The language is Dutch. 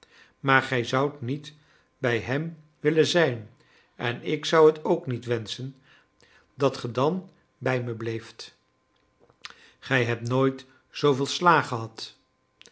maar gij zoudt niet bij hem willen zijn en ik zou het ook niet wenschen dat ge dan bij me bleeft gij hebt nooit zooveel slaag gehad